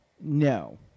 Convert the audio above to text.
No